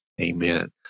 Amen